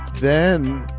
then